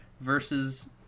versus